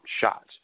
shots